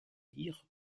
dire